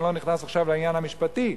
אני לא נכנס עכשיו לעניין המשפטי,